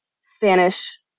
Spanish